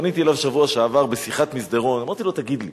פניתי אליו בשבוע שעבר בשיחת מסדרון ואמרתי לו: תגיד לי,